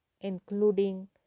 including